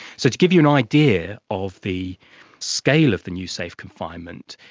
so to give you an idea of the scale of the new safe confinement,